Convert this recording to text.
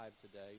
today